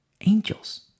angels